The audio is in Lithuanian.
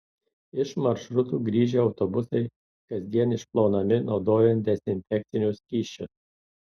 iš maršrutų grįžę autobusai kasdien išplaunami naudojant dezinfekcinius skysčius